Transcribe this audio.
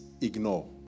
ignore